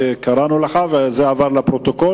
רציתי להודיע לך שקראנו לך, וזה עבר לפרוטוקול.